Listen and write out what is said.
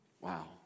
Wow